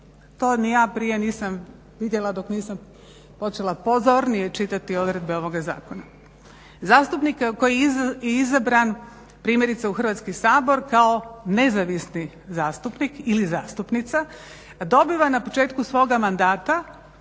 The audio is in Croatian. to ni ja nisam prije vidjela dok nisam počela pozornije čitati odredbe ovoga zakona. Zastupnika koji je izabran primjerice u Hrvatski sabor kao nezavisni zastupnik ili zastupnica dobiva na početku svoga mandata